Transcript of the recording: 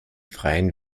freien